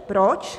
Proč?